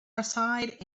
aside